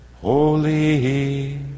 Holy